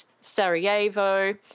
Sarajevo